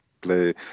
play